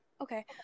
Okay